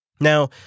Now